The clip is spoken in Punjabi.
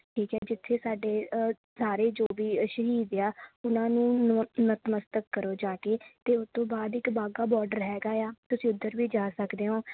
ਠੀਕ ਹੈ ਜਿੱਥੇ ਸਾਡੇ ਸਾਰੇ ਜੋ ਵੀ ਸ਼ਹੀਦ ਏ ਆ ਉਹਨਾਂ ਨੂੰ ਨ ਨਤਮਸਤਕ ਕਰੋ ਜਾ ਕੇ ਅਤੇ ਉਹ ਤੋਂ ਬਾਅਦ ਇੱਕ ਬਾਘਾ ਬੋਰਡਰ ਹੈਗਾ ਆ ਤੁਸੀਂ ਉੱਧਰ ਵੀ ਜਾ ਸਕਦੇ ਓਂ